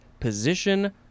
position